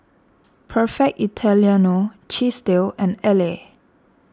Perfect Italiano Chesdale and Elle